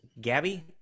Gabby